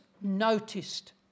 noticed